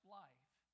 life